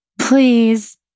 please